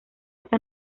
hasta